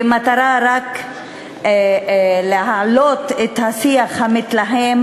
במטרה רק להעלות את השיח המתלהם